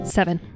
seven